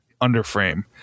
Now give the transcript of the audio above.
underframe